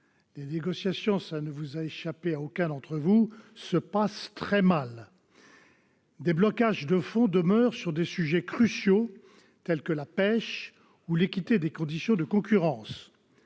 les négociations, cela n'aura échappé à aucun d'entre nous, se passent très mal. Des blocages de fond demeurent sur des sujets cruciaux tels que la pêche ou l'équité des conditions de concurrence.